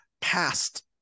past